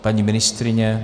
Paní ministryně?